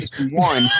one